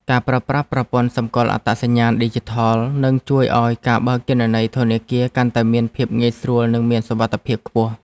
ការប្រើប្រាស់ប្រព័ន្ធសម្គាល់អត្តសញ្ញាណឌីជីថល នឹងជួយឱ្យការបើកគណនីធនាគារកាន់តែមានភាពងាយស្រួលនិងមានសុវត្ថិភាពខ្ពស់។